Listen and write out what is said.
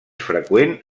freqüent